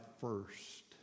first